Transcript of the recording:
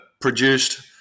produced